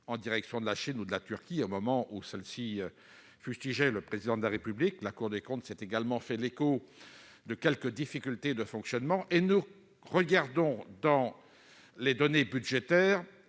en direction de la Chine ou de la Turquie au moment où celles-ci fustigeaient le Président de la République. La Cour des comptes s'est également émue de quelques difficultés de fonctionnement. À étudier les données budgétaires